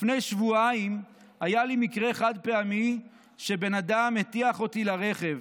לפני שבועיים היה לי מקרה חד-פעמי שבן אדם הטיח אותי לרכב.